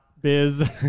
biz